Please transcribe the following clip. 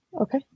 Okay